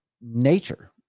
nature